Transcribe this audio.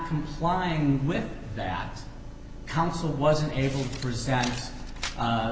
complying with that counsel wasn't able to